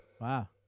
Wow